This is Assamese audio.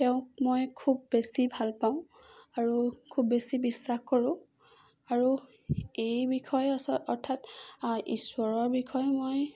তেওঁক মই খুব বেছি ভাল পাওঁ আৰু খুব বেছি বিশ্বাস কৰোঁ আৰু এই বিষয়ে আচ অৰ্থাৎ ঈশ্বৰৰ বিষয়ে মই